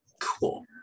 Cool